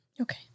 Okay